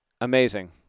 Amazing